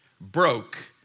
broke